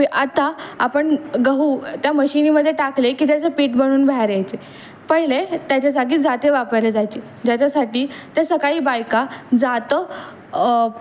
बी आता आपण गहू त्या मशीनीमध्ये टाकले की त्याचं पीठ बनवून बाहेर यायचे पहिले त्याच्यासागी जाते वापरले जायचे ज्याच्यासाठी त्या सकाळी बायका जातं